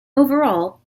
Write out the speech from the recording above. overall